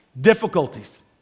difficulties